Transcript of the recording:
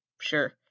Sure